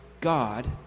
God